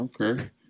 Okay